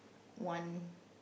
one